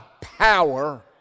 power